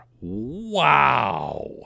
Wow